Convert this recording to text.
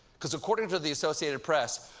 because according to the associated press,